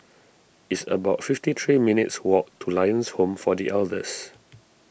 it's about fifty three minutes' walk to Lions Home for the Elders